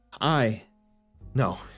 I—no